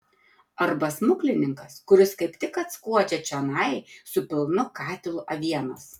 arba smuklininkas kuris kaip tik atskuodžia čionai su pilnu katilu avienos